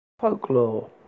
Folklore